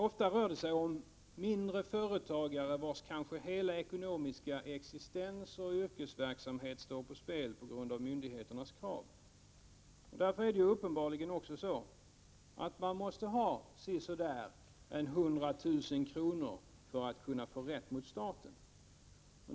Ofta rör det sig om mindre företagare vars hela ekonomiska existens och yrkesverksamhet står på spel på grund av myndigheternas krav. Uppenbarligen måste man ha sisådär 100 000 kr. för att kunna få rätt mot staten.